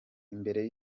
mbere